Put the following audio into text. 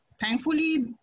Thankfully